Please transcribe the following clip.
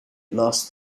lost